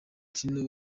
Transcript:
tino